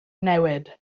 newid